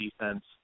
defense